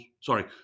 Sorry